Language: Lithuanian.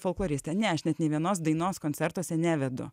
folkloristė ne aš net nei vienos dainos koncertuose nevedu